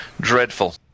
Dreadful